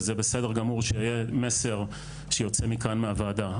וזה בסדר גמור, שיהיה מסר שיוצא מכאן- מהוועדה.